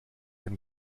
and